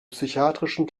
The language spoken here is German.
psychiatrischen